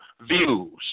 views